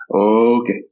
Okay